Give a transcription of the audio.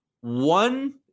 One